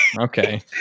Okay